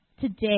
today